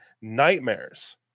nightmares